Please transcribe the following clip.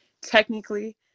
technically